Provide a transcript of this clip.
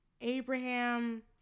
Abraham